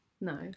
No